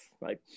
right